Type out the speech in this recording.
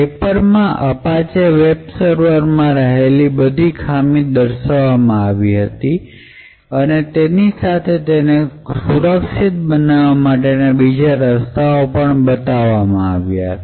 પેપરમાં Apache web સર્વરમાં રહેલી બધી ખામી દર્શાવવામાં આવી હતી અને તેની સાથે ખૂબ સુરક્ષિત બનાવવા માટે ને બીજા સારા રસ્તાઓ પણ બતાવવામાં આવ્યા હતા